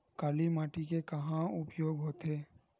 काली माटी के कहां कहा उपयोग होथे?